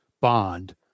bond